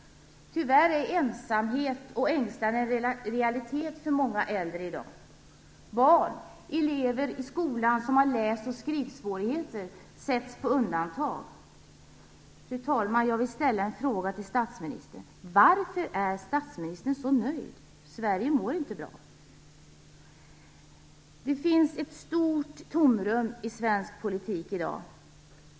Tyvärr är ensamhet och ängslan en realitet för många äldre i dag. Barn och elever i skolan som har läs och skrivsvårigheter sätts på undantag. Fru talman! Jag skall ställa en fråga till statsministern. Varför är statsministern så nöjd? Sverige mår inte bra. Det finns ett stort tomrum i svensk politik i dag.